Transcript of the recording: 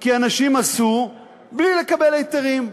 כי אנשים עשו בלי לקבל היתרים.